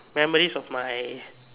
memories of my